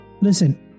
listen